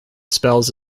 spells